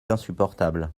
insupportable